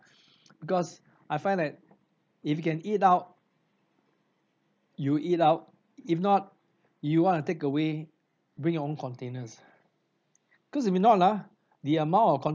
because I find that if you can eat out you eat out if not you wanna take away bring your own containers cause if not ah the amount of